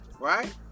right